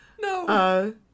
No